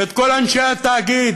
ואת כל אנשי התאגיד,